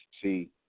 see